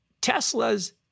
Tesla's